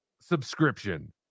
subscription